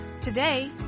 Today